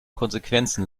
konsequenzen